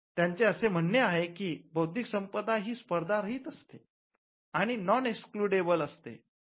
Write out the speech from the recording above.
त्यांचे असे म्हणणे आहे की बौद्धिक संपदा ही स्पर्धा रहित असते आणि नॉन एक्स्ल्युडेबल असते